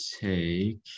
take